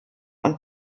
und